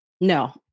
No